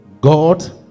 god